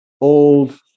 old